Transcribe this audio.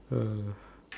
uh